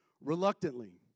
reluctantly